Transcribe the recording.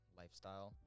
lifestyle